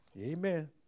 Amen